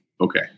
Okay